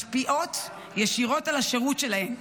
משפיעים ישירות על השירות שלהן,